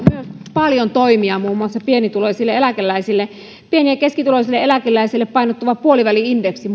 paljon toimia muun muassa pienituloisille eläkeläisille muun muassa käyttöön pieni ja keskituloisille eläkeläisille painottuva puoliväli indeksi